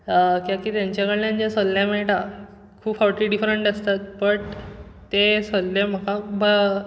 कित्याक कि तेंचे कडल्यान जे सल्ले मेळटा खूब फावटीं डिफ्रंट आसतात बट ते सल्ले म्हाका बं